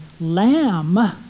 lamb